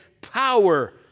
power